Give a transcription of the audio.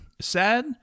Sad